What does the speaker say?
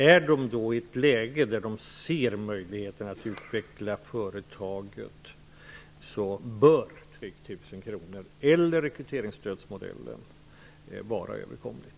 Är de i ett läge där de ser möjligheten att utveckla företaget, bör en avgift om 3 000 kr eller rekryteringsstödsmodellen vara överkomliga alternativ.